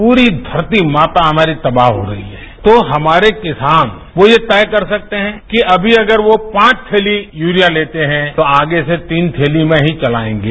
पूरी धरती माता हमारी तबाह हो रही है तो हमारे किसान वो ये तय कर सकतेहैं कि अभी अगर वो पांच थैली यूरिया लेते हैं तो आगे से तीन थैली में ही चलाएंगे